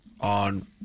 on